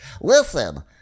listen